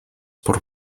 por